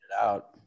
out